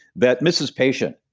that mrs. patient,